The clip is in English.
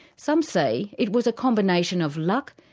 some say it was a combination of luck,